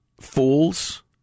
fools